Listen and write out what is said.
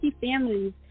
families